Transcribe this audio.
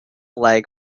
leg